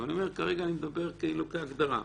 אבל כרגע אני מדבר כאילו כהגדרה.